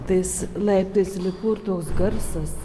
tais laiptais lipu ir toks garsas